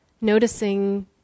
Noticing